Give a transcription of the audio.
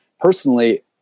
personally